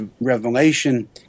Revelation